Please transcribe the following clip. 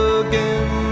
again